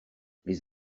les